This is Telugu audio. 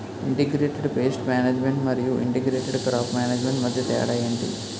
ఇంటిగ్రేటెడ్ పేస్ట్ మేనేజ్మెంట్ మరియు ఇంటిగ్రేటెడ్ క్రాప్ మేనేజ్మెంట్ మధ్య తేడా ఏంటి